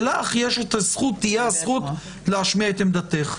ולך תהיה הזכות להשמיע את עמדתך.